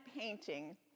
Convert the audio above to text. painting